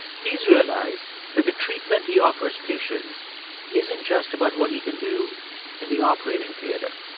he's realized that the treatment he offers patients isn't just about what he can do in the operating theater.